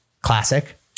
Classic